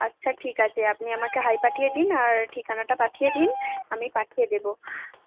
আচ্ছা ঠিক আছে আপনি আমাকে হাই পাঠিয়ে দিন আর ঠিকানাটা পাঠিয়ে দিন আমি পাঠিয়ে দেবো